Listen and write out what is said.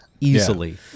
Easily